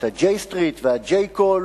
את ה-J Street וה-J Call,